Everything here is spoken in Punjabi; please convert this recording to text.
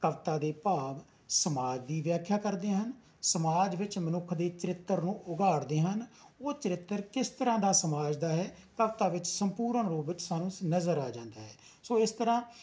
ਕਵਿਤਾ ਦੇ ਭਾਵ ਸਮਾਜ ਦੀ ਵਿਆਖਿਆ ਕਰਦੇ ਹਨ ਸਮਾਜ ਵਿੱਚ ਮਨੁੱਖ ਦੇ ਚਰਿੱਤਰ ਨੂੰ ਉਘਾੜਦੇ ਹਨ ਉਹ ਚਰਿੱਤਰ ਕਿਸ ਤਰ੍ਹਾਂ ਦਾ ਸਮਾਜ ਦਾ ਹੈ ਕਵਿਤਾ ਵਿੱਚ ਸੰਪੂਰਨ ਰੂਪ ਵਿੱਚ ਸਾਨੂੰ ਨਜ਼ਰ ਆ ਜਾਂਦਾ ਹੈ ਸੋ ਇਸ ਤਰ੍ਹਾਂ